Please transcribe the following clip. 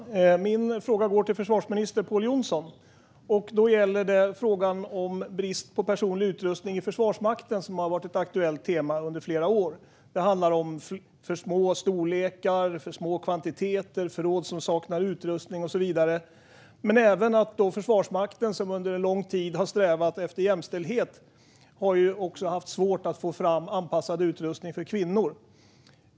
Herr talman! Min fråga går till försvarsminister Pål Jonson. Brist på personlig utrustning i Försvarsmakten har varit ett tema under flera år. Det handlar om för små storlekar, för små kvantiteter, förråd som saknar utrustning och så vidare. Försvarsmakten, som under lång tid strävat efter jämställdhet, har också haft svårt att få fram anpassad utrustning för kvinnor.